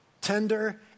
Tender